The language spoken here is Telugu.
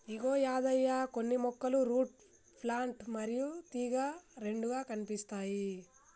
ఇగో యాదయ్య కొన్ని మొక్కలు రూట్ ప్లాంట్ మరియు తీగ రెండుగా కనిపిస్తాయి